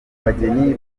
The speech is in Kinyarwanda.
bageni